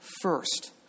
first